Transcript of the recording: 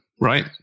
right